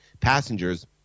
passengers